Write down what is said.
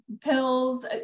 pills